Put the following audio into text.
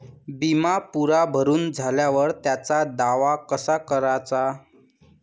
बिमा पुरा भरून झाल्यावर त्याचा दावा कसा कराचा?